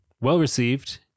well-received